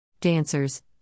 Dancers